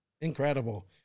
incredible